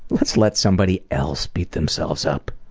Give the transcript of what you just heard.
let's let somebody else beat themselves up.